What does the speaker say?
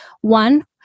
One